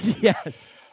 Yes